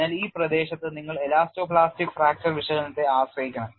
അതിനാൽ ഈ പ്രദേശത്ത് നിങ്ങൾ എലാസ്റ്റോ പ്ലാസ്റ്റിക് ഫ്രാക്ചർ വിശകലനത്തെ ആശ്രയിക്കണം